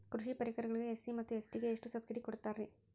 ಕೃಷಿ ಪರಿಕರಗಳಿಗೆ ಎಸ್.ಸಿ ಮತ್ತು ಎಸ್.ಟಿ ಗೆ ಎಷ್ಟು ಸಬ್ಸಿಡಿ ಕೊಡುತ್ತಾರ್ರಿ?